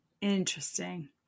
Interesting